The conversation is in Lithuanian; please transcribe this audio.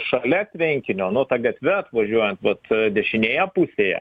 šalia tvenkinio nu ta gatve atvažiuojant vat dešinėje pusėje